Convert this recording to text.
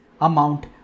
amount